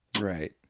right